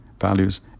values